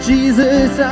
Jesus